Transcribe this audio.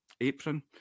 apron